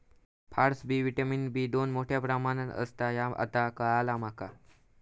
फारसबी vitamin B दोन मोठ्या प्रमाणात असता ह्या आता काळाला माका